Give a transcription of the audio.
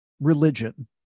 religion